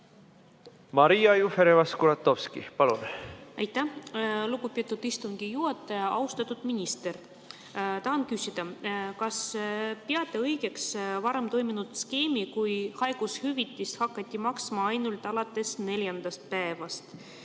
Maria Jufereva-Skuratovski, palun!